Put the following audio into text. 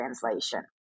Translation